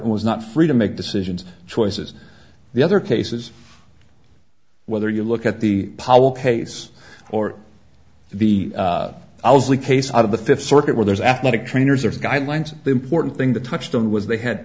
who was not free to make decisions choices the other cases whether you look at the powell case or the i was the case out of the fifth circuit where there's athletic trainers or guidelines the important thing that touched on was they had